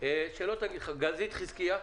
גלית חזקיה,